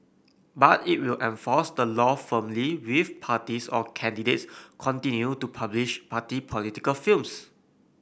but it will enforce the law firmly if parties or candidates continue to publish party political films